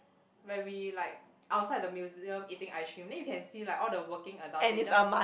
when we like outside the museum eating ice cream then you can see like all the working adult they just